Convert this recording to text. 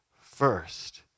first